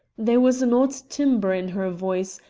there was an odd timbre in her voice,